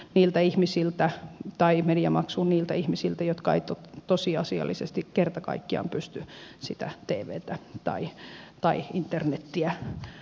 ilta ihmisiltä tai veri kuin mediamaksu niiltä ihmisiltä jotka eivät tosiasiallisesti kerta kaikkiaan pysty sitä tvtä tai internetiä käyttämään